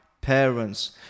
parents